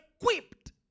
equipped